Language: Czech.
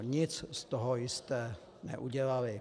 Nic z toho jste neudělali.